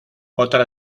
otra